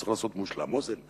אתה צריך לעשות "מושלם אוזן"